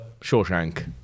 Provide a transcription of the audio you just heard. Shawshank